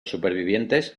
supervivientes